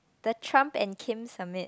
the Trump and Kim summit